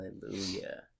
Hallelujah